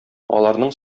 аларның